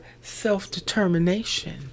self-determination